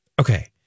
okay